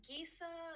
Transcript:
Gisa